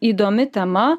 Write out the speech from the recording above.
įdomi tema